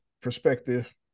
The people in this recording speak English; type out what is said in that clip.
perspective